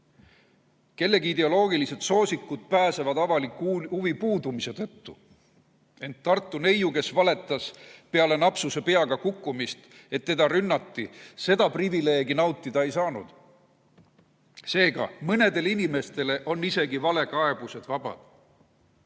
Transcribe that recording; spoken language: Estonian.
Kellegi ideoloogilised soosikud pääsevad avaliku huvi puudumise tõttu, ent Tartu neiu, kes valetas peale napsuse peaga kukkumist, et teda rünnati, seda privileegi nautida ei saanud. Seega, mõnele inimesele on isegi valekaebused lubatud.